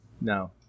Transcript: No